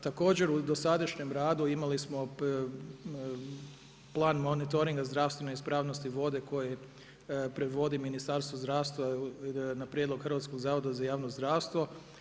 Također u dosadašnjem radu imali smo plan monitoringa o zdravstvenoj ispravnosti vode koje predvodi Ministarstvo zdravstva na prijedlog Hrvatskog zavoda za javno zdravstvo.